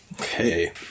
okay